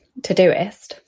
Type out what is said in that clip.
Todoist